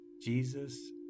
Jesus